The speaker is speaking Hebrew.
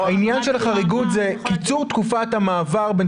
העניין של החריגות זה קיצור תקופת המעבר בין